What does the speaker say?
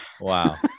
Wow